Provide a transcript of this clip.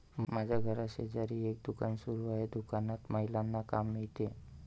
माझ्या घराशेजारी एक दुकान सुरू आहे दुकानात महिलांना काम मिळते